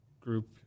Group